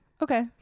okay